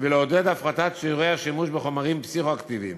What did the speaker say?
ולעודד הפחתת שיעורי השימוש בחומרים פסיכו-אקטיביים.